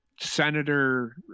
senator